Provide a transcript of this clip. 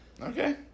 Okay